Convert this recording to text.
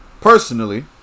personally